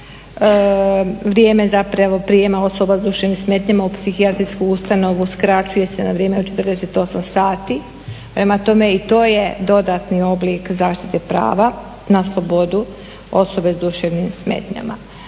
Vrijeme prijema osoba s duševnim smetnjama u psihijatrijsku ustanovu skraćuje se na vrijeme od 48 sati, prema tome i to je dodatni oblik zaštite prava na slobodu osobe s duševnim smetnjama.